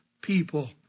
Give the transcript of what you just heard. people